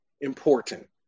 important